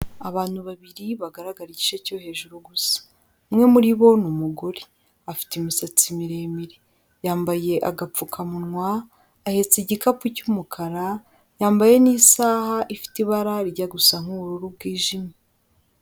Abantu babiri bagaragara igice cyo hejuru gusa, umwe muri bo ni umugore, afite imisatsi miremire, yambaye agapfukamunwa, ahetse igikapu cy'umukara, yambaye n'isaha ifite ibara rijya gusa nk'ubururu bwijimye.